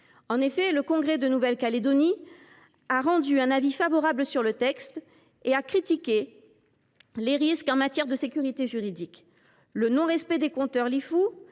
En effet, le Congrès de Nouvelle Calédonie a rendu un avis favorable sur le texte et en a critiqué les risques en matière de sécurité juridique. Le non respect des compteurs